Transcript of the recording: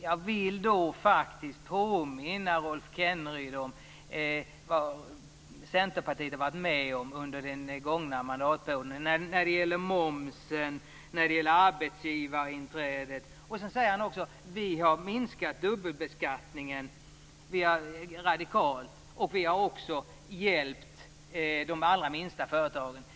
Jag vill då påminna Rolf Kenneryd om vad Centerpartiet har varit med om under den gångna mandatperioden när det gäller momsen och när det gäller arbetsgivarinträdet. Han säger också: Vi har minskat dubbelbeskattningen radikalt och hjälpt de allra minsta företagen.